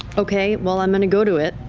okay. well, i'm going to go to it.